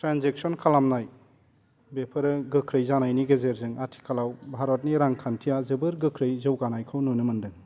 transaction खालामनाय बेफोरो गोख्रै जानायनि गेजेरजों आथिखालाव भारतनि रांखान्थिया जोबोर गोख्रै जौगानायखौ नुनो मोनदों